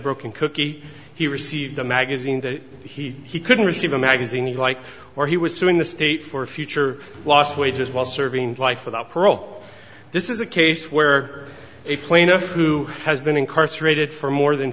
broken cookie he received a magazine that he couldn't receive a magazine like or he was suing the state for future lost wages while serving life without parole this is a case where a plaintiff who has been incarcerated for more than